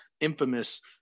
infamous